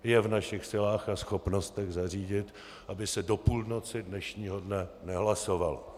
Je v našich silách a schopnostech zařídit, aby se do půlnoci dnešního dne nehlasovalo.